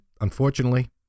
unfortunately